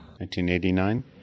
1989